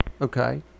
Okay